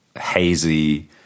hazy